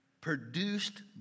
produced